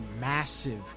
massive